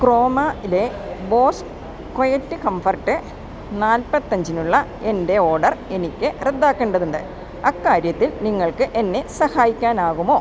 ക്രോമയിലെ Bose quiet comfort നാല്പത്തിയഞ്ചിനുള്ള എൻ്റെ order എനിക്ക് റദ്ദാക്കേണ്ടതുണ്ട് അക്കാര്യത്തിൽ നിങ്ങൾക്ക് എന്നെ സഹായിക്കാനാകുമോ